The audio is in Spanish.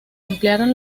ampliaron